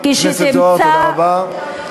חבר הכנסת זוהר, תודה רבה.